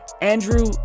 Andrew